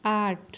आठ